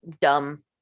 dumb